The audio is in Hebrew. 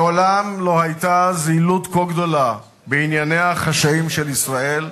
מעולם לא היתה זילות כה גדולה בענייניה החשאיים של ישראל,